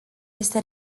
este